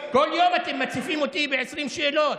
כל יום אתם מציפים אותי ב-20 שאלות.